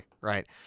right